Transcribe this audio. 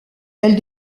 elle